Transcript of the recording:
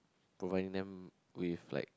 providing them with like